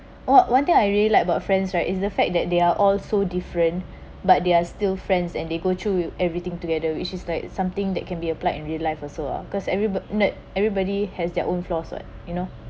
one one thing I really like about friends right is the fact that they are all so different but they are still friends and they go through with everything together which is like something that can be applied in real life also ah because everyno~ no everybody has their own flaws what you know